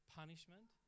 punishment